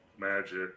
Magic